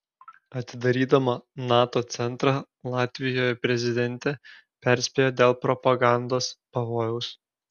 atidarydama nato centrą latvijoje prezidentė perspėjo dėl propagandos pavojaus